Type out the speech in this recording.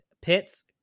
Pitts